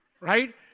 right